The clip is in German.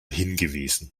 hingewiesen